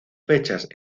fechas